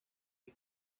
les